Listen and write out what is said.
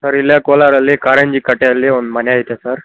sir ಇಲ್ಲೇ ಕೋಲಾರಲ್ಲಿ ಕಾರಂಜಿ ಕಟ್ಟೆಯಲ್ಲಿ ಒಂದು ಮನೆ ಐತೆ ಸರ್